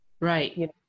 Right